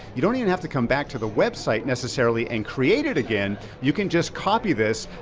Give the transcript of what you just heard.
you don't even have to come back to the website necessarily and create it again. you can just copy this,